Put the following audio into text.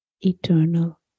eternal